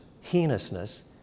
heinousness